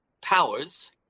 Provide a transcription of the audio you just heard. powers